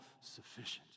sufficient